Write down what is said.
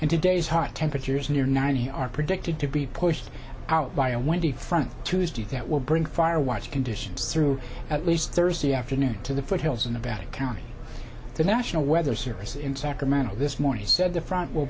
and today's hot temperatures near ninety are predicted to be pushed out by a windy front tuesday that will bring fire watch conditions through at least thursday afternoon to the foothills and about a county the national weather service in sacramento this morning said the front will